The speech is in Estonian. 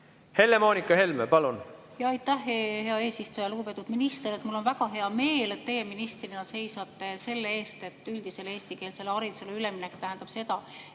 Helle-Moonika Helme, palun! Aitäh, hea eesistuja! Lugupeetud minister! Mul on väga hea meel, et teie ministrina seisate selle eest, et üldisele eestikeelsele haridusele üleminek tähendab seda,